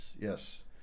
yes